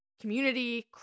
community